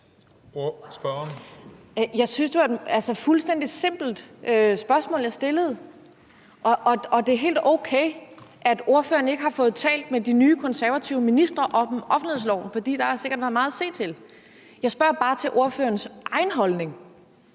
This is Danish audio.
Jeg synes, det var et fuldstændig simpelt spørgsmål, jeg stillede. Det er helt okay, at ordføreren ikke har fået talt med de nye konservative ministre om offentlighedsloven, for der har sikkert været meget at se til, men jeg spørger bare til ordførerens egen holdning.